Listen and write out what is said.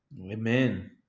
Amen